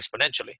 exponentially